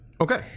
Okay